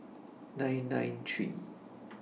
nine nine three